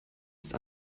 ist